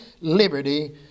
liberty